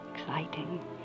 exciting